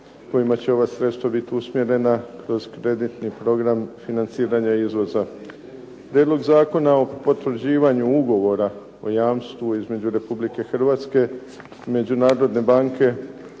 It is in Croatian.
kojima će ova sredstva biti usmjerena kroz kreditni program financiranja izvoza. Prijedlog Zakona o potvrđivanju Ugovora o jamstvu između Republike Hrvatske i Međunarodne banke